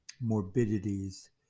morbidities